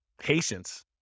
Patience